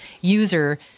user